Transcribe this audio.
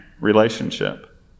relationship